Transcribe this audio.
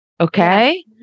okay